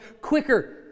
quicker